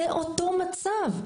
זה אותו מצב.